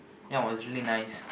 that was really nice